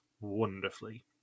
wonderfully